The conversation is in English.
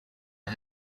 who